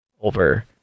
over